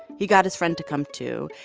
he got his friend to come, too.